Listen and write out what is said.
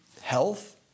health